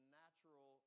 natural